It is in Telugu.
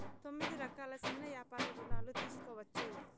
తొమ్మిది రకాల సిన్న యాపార రుణాలు తీసుకోవచ్చు